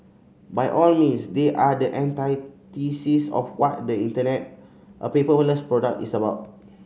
by all means they are the antithesis of what the Internet a paperless product is about